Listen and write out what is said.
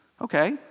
Okay